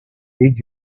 did